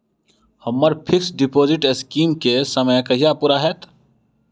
हम्मर fix deposit scheme केँ समय कहिया पूरा हैत?